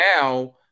now